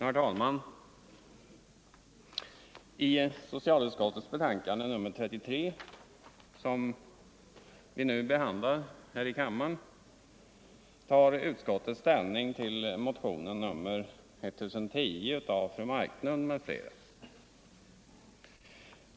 Herr talman! I socialutskottets betänkande nr 33, som vi nu behandlar = psykiskt utveckhär i kammaren, tar utskottet ställning till motionen 1010 av fru Mark = lingsstörda lund m.fl.